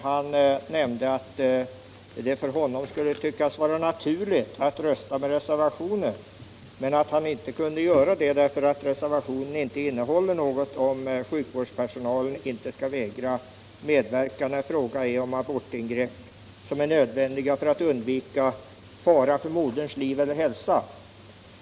Han hade nämnt att det för honom visserligen kunde framstått som naturligt att rösta för reservationen men att han inte kunde göra det därför att reservationen inte innehåller något om att sjukvårdspersonalen inte skall vägra medverka när det gäller abortingrepp som är nödvändiga för att undvika fara för moderns liv eller hälsa.